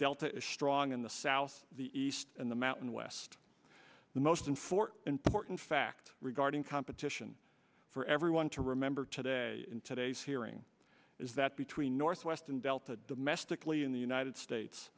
delta is strong in the south the east and the mountain west the most and for important fact regarding competition for everyone to remember today in today's hearing is that between northwest and delta domestically in the united states